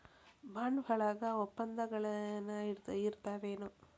Bond ವಳಗ ವಪ್ಪಂದಗಳೆನರ ಇರ್ತಾವೆನು?